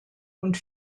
und